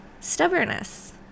stubbornness